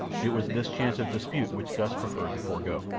it was this chance of dispute which gust preferred to forgo.